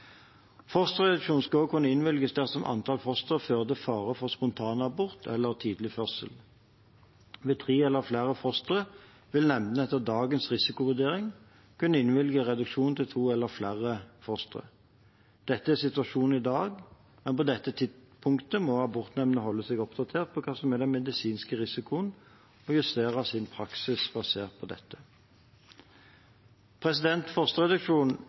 Fosterreduksjon skal også kunne innvilges dersom antall fostre fører til fare for spontanabort eller tidlig fødsel. Ved tre eller flere fostre vil nemndene etter dagens risikovurdering kunne innvilge reduksjon til to eller flere fostre. Dette er situasjonen i dag, men på dette punktet må abortnemndene holde seg oppdatert på hva som er den medisinske risikoen og justere sin praksis basert på dette. Fosterreduksjon